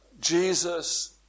Jesus